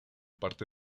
parte